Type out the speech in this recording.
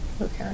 Okay